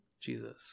Jesus